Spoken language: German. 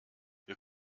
wir